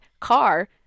car